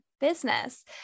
business